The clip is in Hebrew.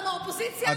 אתה מהאופוזיציה?